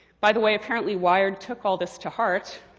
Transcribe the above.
by the way, apparently, wired took all this to heart.